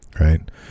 right